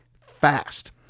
fast